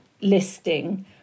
listing